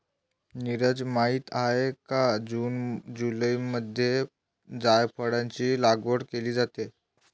नीरज माहित आहे का जून जुलैमध्ये जायफळाची लागवड केली जाते